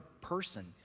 person